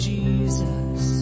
Jesus